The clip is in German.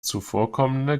zuvorkommende